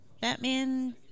Batman